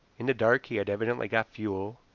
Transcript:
in the dark he had evidently got fuel,